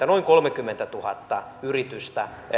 noin kolmekymmentätuhatta yritystä